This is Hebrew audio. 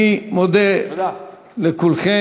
אני מודה לכולכם.